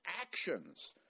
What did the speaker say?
actions